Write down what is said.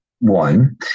one